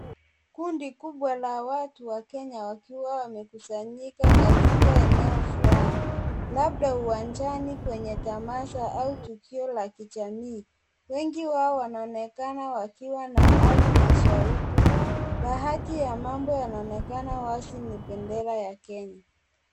Kundi kubwa la watu wa Kenya wakiwa wamekusanyika katika eneo fulani, labda uwanjani kwenye tamasha au tukio la kijamii. Wengi wao wanaonekana wakiwa na ari na shauku. Baadhi ya mambo yanaonekana wazi ni bendera ya Kenya.